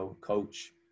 coach